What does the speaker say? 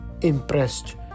Impressed